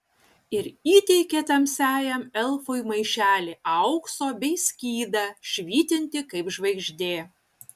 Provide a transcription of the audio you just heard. ir įteikė tamsiajam elfui maišelį aukso bei skydą švytintį kaip žvaigždė